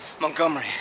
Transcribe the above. Montgomery